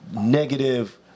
negative